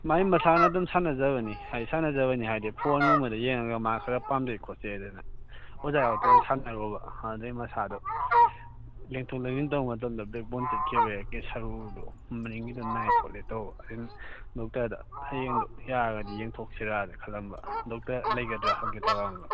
ꯃꯥꯏ ꯃꯁꯥꯅ ꯑꯗꯨꯝ ꯁꯥꯟꯅꯖꯕꯅꯤ ꯍꯥꯏꯗꯤ ꯁꯥꯟꯅꯖꯕꯅꯤ ꯍꯥꯏꯗꯤ ꯐꯣꯟꯒꯨꯝꯕꯗ ꯌꯦꯡꯉꯒ ꯃꯥ ꯈꯔ ꯄꯥꯝꯖꯩ ꯈꯣꯠꯆꯩ ꯍꯥꯏꯗꯅ ꯑꯣꯖꯥ ꯌꯥꯎꯗꯅ ꯁꯥꯟꯅꯔꯨꯕ ꯑꯗꯨꯗꯩ ꯃꯁꯥꯗꯨ ꯂꯦꯡꯊꯣꯛ ꯂꯦꯡꯁꯤꯟ ꯇꯧꯕ ꯃꯇꯝꯗ ꯕꯦꯛ ꯕꯣꯟ ꯆꯠꯈꯤꯕ ꯌꯥꯏ ꯁꯔꯨꯗꯨ ꯃꯅꯤꯡꯒꯤꯗꯨ ꯅꯥꯏ ꯈꯣꯠꯂꯦ ꯇꯧꯕ ꯗꯣꯛꯇꯔꯗ ꯍꯌꯦꯡꯗꯨ ꯌꯥꯔꯒꯗꯤ ꯌꯦꯡꯊꯣꯛꯁꯤꯔꯅ ꯈꯜꯂꯝꯕ ꯗꯣꯛꯇꯔ ꯂꯩꯒꯗ꯭ꯔꯥ ꯍꯪꯒꯦ ꯇꯧꯔꯛꯑꯝꯕ